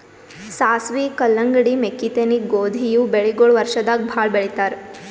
ಸಾಸ್ವಿ, ಕಲ್ಲಂಗಡಿ, ಮೆಕ್ಕಿತೆನಿ, ಗೋಧಿ ಇವ್ ಬೆಳಿಗೊಳ್ ವರ್ಷದಾಗ್ ಭಾಳ್ ಬೆಳಿತಾರ್